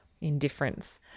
indifference